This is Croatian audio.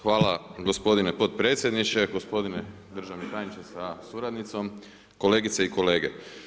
Hvala gospodine potpredsjedniče, gospodine državni tajniče sa suradnicom, kolegice i kolege.